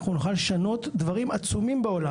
אנחנו נוכל לשנות דברים עצומים בעולם,